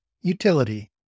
Utility